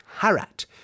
harat